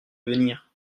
venir